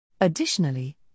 Additionally